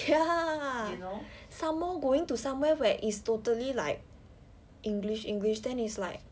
ya some more going to somewhere where it's totally like english english then it's like